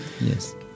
Yes